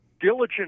diligent